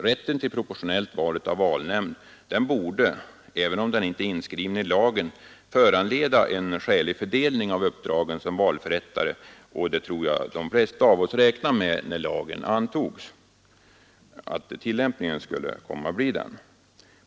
Rätten till propotionellt val av valnämnd borde, även om den inte är inskriven i lagen, leda till en skälig fördelning av uppdragen som valförrättare. Jag tror också att de flesta av oss när lagen antogs räknade med att den skulle tillämpas på det sättet.